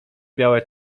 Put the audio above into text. białe